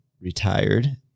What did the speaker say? retired